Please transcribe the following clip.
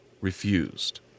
refused